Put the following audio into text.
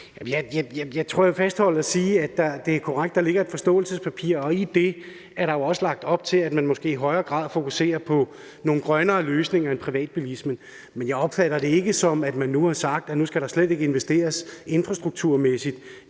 Jeg tror, jeg vil fastholde at sige, at det er korrekt, at der ligger et forståelsespapir, og i det er der jo også lagt op til, at man måske i højere grad fokuserer på nogle grønnere løsninger end privatbilisme. Men jeg opfatter det ikke, som at man nu har sagt, at der slet ikke skal investeres infrastrukturmæssigt